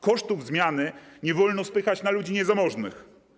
Kosztów zmiany nie wolno spychać na ludzi niezamożnych.